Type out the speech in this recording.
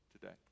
today